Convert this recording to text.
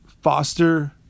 Foster